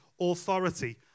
authority